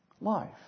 life